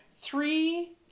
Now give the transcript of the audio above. three